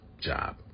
job